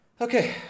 Okay